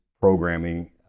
programming